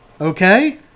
Okay